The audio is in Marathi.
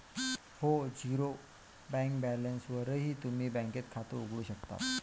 हो, झिरो बॅलन्सवरही तुम्ही बँकेत खातं उघडू शकता